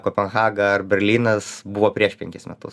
kopenhaga ar berlynas buvo prieš penkis metus